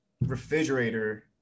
refrigerator